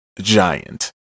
Giant